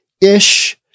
ish